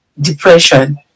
depression